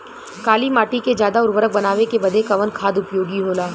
काली माटी के ज्यादा उर्वरक बनावे के बदे कवन खाद उपयोगी होला?